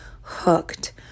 hooked